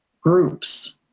groups